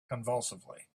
convulsively